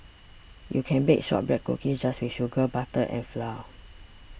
you can bake Shortbread Cookies just with sugar butter and flour